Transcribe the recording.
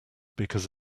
because